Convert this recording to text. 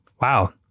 Wow